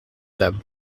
them